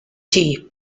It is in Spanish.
chi